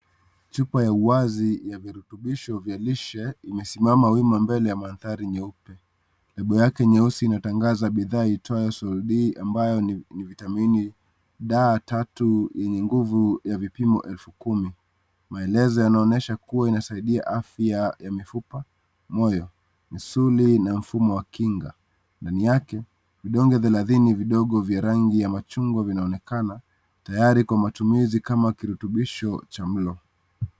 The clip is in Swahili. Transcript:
Chupa ya uwazi ya virutubisho vya lishe imesimama wima mbele ya mandhari nyeupe. Label yake nyeusi inatangaza bidhaa iitwayo Sol D ambayo ni vitamini D tatu yenye nguvu ya vipimo elfu kumi. Maelezo yanaonyesha kuwa inasaidia afya ya mifupa, moyo, misuli na mfumo wa kinga. Ndani yake, vidonge thelathini vidogo vya rangi ya machungwa vinaonekana tayari kwa matumizi kama kirutubisho cha mlo.